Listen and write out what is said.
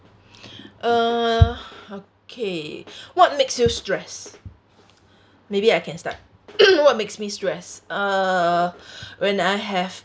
uh okay what makes you stress maybe I can start what makes me stress uh when I have